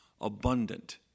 abundant